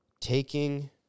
Taking